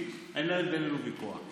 בינינו ויכוח.